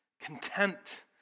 content